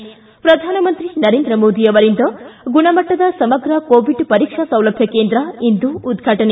ಿ ಪ್ರಧಾನಮಂತ್ರಿ ನರೇಂದ್ರ ಮೋದಿ ಅವರಿಂದ ಇಂದು ಗುಣಮಟ್ಟದ ಸಮಗ್ರ ಕೋವಿಡ್ ಪರೀಕ್ಷಾ ಸೌಲಭ್ಯ ಕೇಂದ್ರವನ್ನು ಉದ್ಘಾಟನೆ